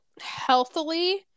healthily